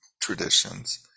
traditions